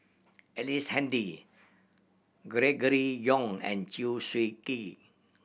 Ellice Handy Gregory Yong and Chew Swee Kee